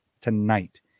Tonight